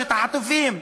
שלושת החטופים,